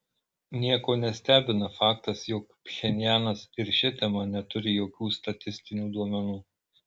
nieko nestebina faktas jog pchenjanas ir šia tema neturi jokių statistinių duomenų